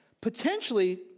potentially